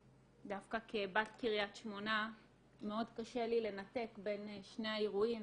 דווקא כבת קריית שמונה מאוד קשה לי לנתק בין שני האירועים,